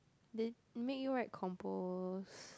they make you write compos